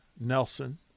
Nelson